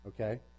okay